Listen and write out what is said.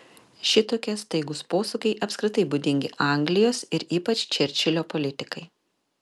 šitokie staigūs posūkiai apskritai būdingi anglijos ir ypač čerčilio politikai